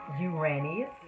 Uranus